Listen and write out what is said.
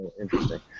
interesting